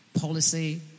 policy